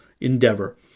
endeavor